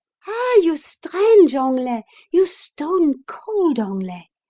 ah, you strange anglais you stone-cold anglais!